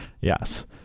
Yes